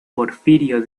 porfirio